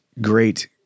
great